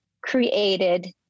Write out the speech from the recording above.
created